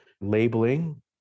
labeling